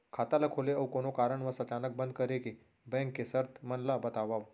खाता ला खोले अऊ कोनो कारनवश अचानक बंद करे के, बैंक के शर्त मन ला बतावव